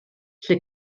lle